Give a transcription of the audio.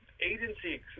agency